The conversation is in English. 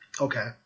Okay